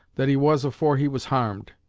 that he was afore he was harmed!